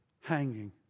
hanging